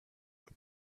but